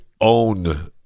own